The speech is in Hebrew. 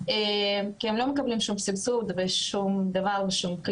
כי הם לא מקבלים סבסוד או כלי כלשהו.